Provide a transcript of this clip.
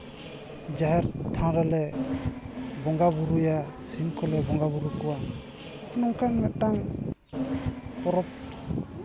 ᱡᱟᱦᱮᱨ ᱛᱷᱟᱱ ᱨᱮᱞᱮ ᱵᱚᱸᱜᱟᱼᱵᱩᱨᱩᱭᱟ ᱥᱤᱢ ᱠᱚᱞᱮ ᱵᱚᱸᱜᱟᱼᱵᱩᱨᱩ ᱠᱚᱣᱟ ᱱᱚᱝᱠᱟᱱ ᱢᱤᱫᱴᱟᱱ ᱯᱚᱨᱚᱵᱽ